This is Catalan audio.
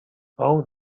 bou